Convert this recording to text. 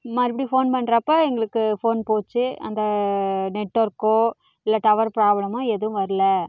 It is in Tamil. மறுபடியும் ஃபோன் பண்ணுறப்ப எங்களுக்கு ஃபோன் போச்சு அந்த நெட் ஒர்க்கோ இல்லை டவர் ப்ராப்ளமோ எதுவும் வரல